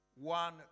one